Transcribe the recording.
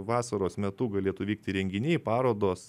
vasaros metu galėtų vykti renginiai parodos